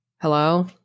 Hello